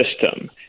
system